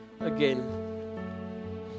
again